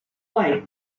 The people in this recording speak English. bike